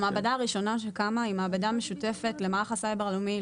המעבדה הראשונה שקמה היא מעבדה משותפת למערך הסייבר הלאומי,